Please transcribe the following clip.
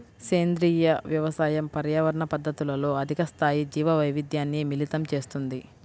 సేంద్రీయ వ్యవసాయం పర్యావరణ పద్ధతులతో అధిక స్థాయి జీవవైవిధ్యాన్ని మిళితం చేస్తుంది